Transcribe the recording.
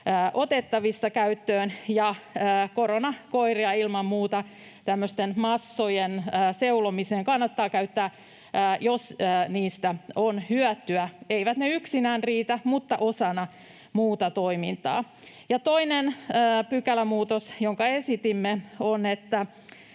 otettavissa käyttöön, ja koronakoiria ilman muuta tämmöisten massojen seulomiseen kannattaa käyttää, jos niistä on hyötyä — eivät ne yksinään riitä, mutta ovat osana muuta toimintaa. Toinen pykälämuutos, jota esitimme, on, että